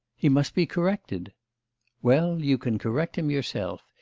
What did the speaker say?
he must be corrected well, you can correct him yourself.